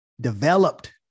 developed